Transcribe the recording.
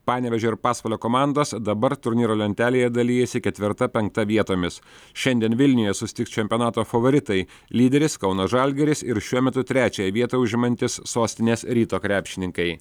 panevėžio ir pasvalio komandos dabar turnyro lentelėje dalijasi ketvirta penkta vietomis šiandien vilniuje susitiks čempionato favoritai lyderis kauno žalgiris ir šiuo metu trečiąją vietą užimantys sostinės ryto krepšininkai